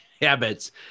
habits